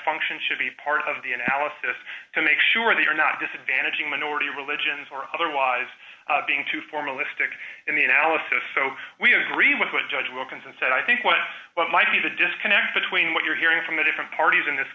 function should be part of the analysis to make sure they are not disadvantaging minority religions or otherwise being too formalistic in the analysis so we agree with what judge wilkinson said i think what might be the disconnect between what you're hearing from the different parties in this